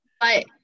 but-